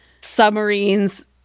submarines